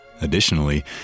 Additionally